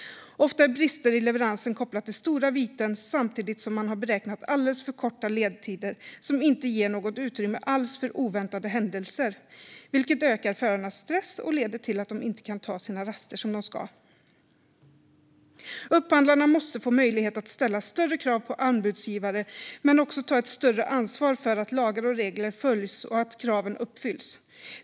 Ofta är brister i leveransen kopplat till stora viten samtidigt som man har beräknat alldeles för korta ledtider som inte ger något utrymme alls för oväntade händelser, vilket ökar förarnas stress och leder till att de inte kan ta sina raster som de ska. Upphandlarna måste få möjlighet att ställa större krav på anbudsgivare men måste också ta ett större ansvar för att lagar och regler följs och att kraven uppfylls.